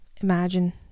Imagine